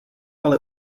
ale